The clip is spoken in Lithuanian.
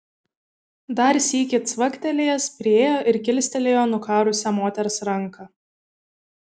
dar sykį cvaktelėjęs priėjo ir kilstelėjo nukarusią moters ranką